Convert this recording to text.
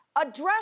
address